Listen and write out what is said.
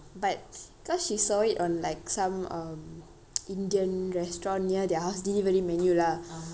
but cause she saw it on like some um indian restaurant near their house delivery menu lah